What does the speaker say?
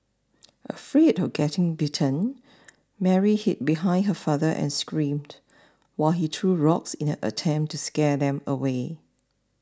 afraid of getting bitten Mary hid behind her father and screamed while he threw rocks in an attempt to scare them away